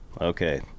Okay